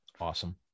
awesome